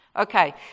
Okay